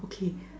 okay